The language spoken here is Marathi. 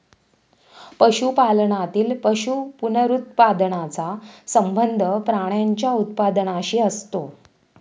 पशुपालनातील पशु पुनरुत्पादनाचा संबंध प्राण्यांच्या उत्पादनाशी असतो